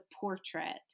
portrait